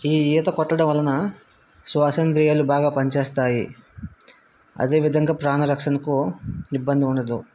ఈ ఈత కొట్టడం వలన శ్వాసేంద్రియాలు బాగా పని చేస్తాయి అదే విధంగా ప్రాణ రక్షణకు ఇబ్బంది ఉండదు